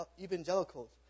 evangelicals